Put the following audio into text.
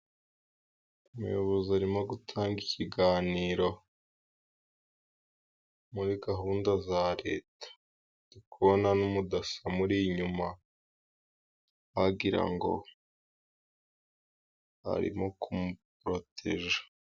Umuyobozi arimo gutanga ikiganiro muri gahunda za Leta ndi kubona n'umudaso umuri inyuma wagira ngo arimo kumuporoteja.